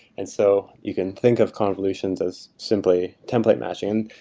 and so you can think of convolutions as simply template matching,